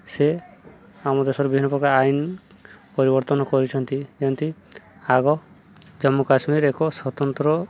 ସେ ଆମ ଦେଶର ବିଭିନ୍ନ ପ୍ରକାର ଆଇନ ପରିବର୍ତ୍ତନ କରିଛନ୍ତି ଯେମିତି ଆଗ ଜମ୍ମୁ କାଶ୍ମୀର ଏକ ସ୍ୱତନ୍ତ୍ର